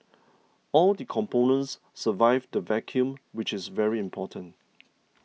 all the components survived the vacuum which is very important